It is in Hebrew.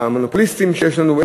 המונופוליסטים שיש לנו,